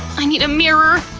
i need a mirror!